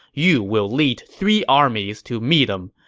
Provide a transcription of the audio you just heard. you will lead three armies to meet him.